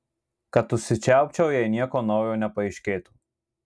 kad užsičiaupčiau jei nieko naujo nepaaiškėtų